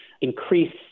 increase